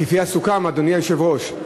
כפי המסוכם, אדוני היושב-ראש.